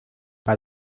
bei